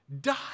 die